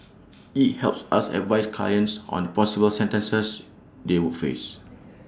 IT helps us advise clients on the possible sentences they would face